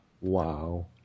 Wow